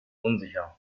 unsicher